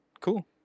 cool